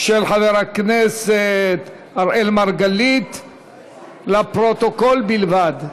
חברי וחברות כנסת, אנחנו עוברים לקריאה שלישית.